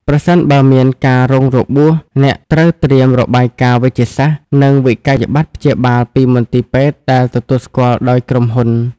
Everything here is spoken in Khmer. ប្រសិនបើមានការរងរបួស អ្នកត្រូវត្រៀម របាយការណ៍វេជ្ជសាស្ត្រ និងវិក្កយបត្រព្យាបាលពីមន្ទីរពេទ្យដែលទទួលស្គាល់ដោយក្រុមហ៊ុន។